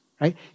right